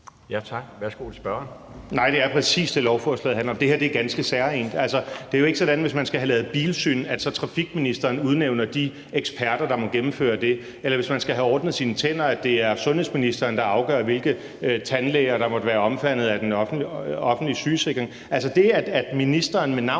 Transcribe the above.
Messerschmidt (DF): Nej, det er præcis det, lovforslaget handler om. Det her er ganske særegent. Altså, det er jo ikke sådan, hvis man skal have lavet et bilsyn, at transportministeren så udnævner de eksperter, der må gennemføre det, eller hvis man skal have ordnet sine tænder, at det så er sundhedsministeren, der afgør, hvilke tandlæger der måtte være omfattet af den offentlige sygesikring. Det, at det er ministeren, der med navns